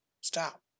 Stop